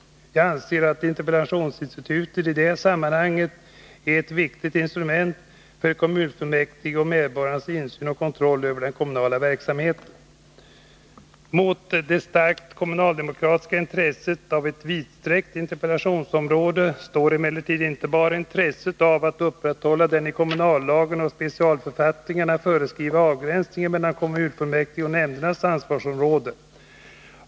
Jag anser att interpellationsinstitutet i det samman hanget är ett viktigt instrument för kommunfullmäktiges och medborgarnas insyn och kontroll över den kommunala verksamheten. Mot det starka kommunaldemokratiska intresset av ett vidsträckt interpellationsområde står emellertid inte bara intresset av att upprätthålla den i kommunallagen och specialförfattningarna föreskrivna avgränsningen mellan kommunfullmäktiges och nämndernas ansvarsområden.